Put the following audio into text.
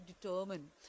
determine